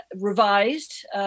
revised